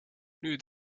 nüüd